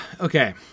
okay